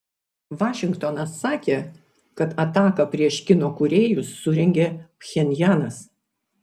vašingtonas sakė kad ataką prieš kino kūrėjus surengė pchenjanas